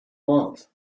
month